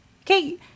Okay